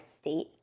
state